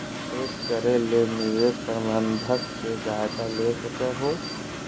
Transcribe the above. निवेश करे ले निवेश प्रबंधक से सहायता ले सको हो